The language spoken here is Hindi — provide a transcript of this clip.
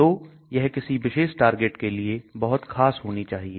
तो यह किसी विशेष टारगेट के लिए बहुत खास होनी चाहिए